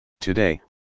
Today